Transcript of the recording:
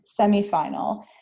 semifinal